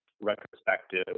retrospective